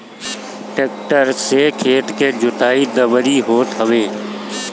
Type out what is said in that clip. tractor से खेत के जोताई, दवरी होत हवे